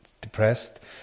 depressed